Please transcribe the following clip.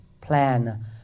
plan